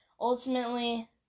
ultimately